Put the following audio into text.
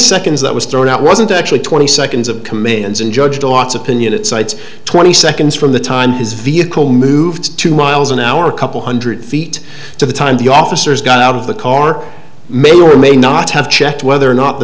seconds that was thrown out wasn't actually twenty seconds of commands and judge thoughts opinion it cites twenty seconds from the time his vehicle moved two miles an hour a couple hundred feet to the time the officers got out of the car may or may not have checked whether or not the